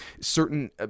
certain